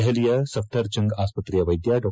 ದೆಹಲಿಯ ಸಫ್ಪರ್ಜಂಗ್ ಆಸ್ಪತ್ರೆಯ ವೈದ್ಯ ಡಾ